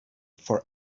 for